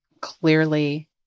clearly